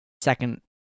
second